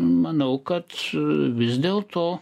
manau kad vis dėlto